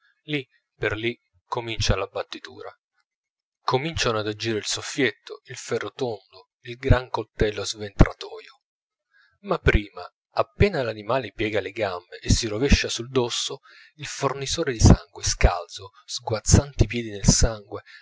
lì per lì comincia la battitura cominciano ad agire il soffietto il ferro tondo il gran coltello sventratoio ma prima appena l'animale piega le gambe e si rovescia sul dosso il fornisore di sangue scalzo sguazzanti i piedi nel sangue